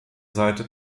seite